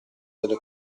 delle